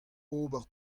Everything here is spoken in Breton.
ober